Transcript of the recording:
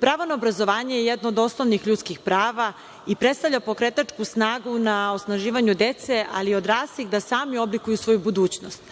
pravo na obrazovanje je jedno od osnovnih ljudskih prava i predstavlja pokretačku snagu na osnaživanju dece, ali i odraslih, da sami oblikuju svoju budućnost,